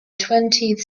twentieth